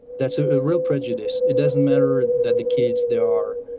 that's a ah real prejudice. it doesn't matter that the kids there are